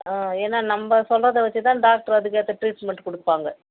ஆ ஏன்னால் நம்ப சொல்லுறத வச்சு தான் டாக்டர் அதுக்கேற்ற ட்ரீட்மெண்ட் கொடுப்பாங்க